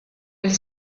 elle